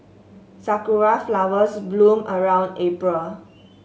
sakura flowers bloom around April